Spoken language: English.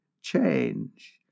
change